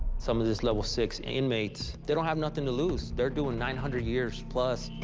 some of these level six inmates, they don't have nothing to lose, they're doing nine hundred years plus.